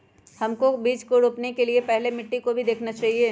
हमको बीज को रोपने से पहले मिट्टी को भी देखना चाहिए?